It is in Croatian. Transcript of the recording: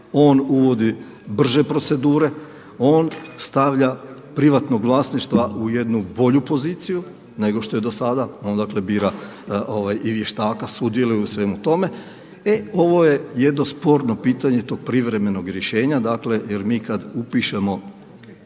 on uvodi brže procedure, on stavlja privatnog vlasnika u bolju poziciju nego što je do sada. On dakle bira i vještaka, sudjeluje u svemu tome. E ovo je jedno sporno pitanje tog privremenog rješenja. Dakle, jer mi kad upišemo